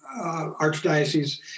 Archdiocese